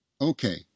Okay